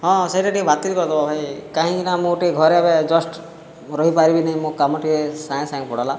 ହଁ ସେଇଟା ଟିକିଏ ବାତିଲ୍ କରିଦେବ ଭାଇ କାହିଁକିନା ମୁଁ ଟିକିଏ ଘରେ ଏବେ ଜଷ୍ଟ ରହିପାରିବିନାହିଁ ମୋ' କାମ ଟିକିଏ ସାଙ୍ଗେ ସାଙ୍ଗେ ପଡ଼ିଲା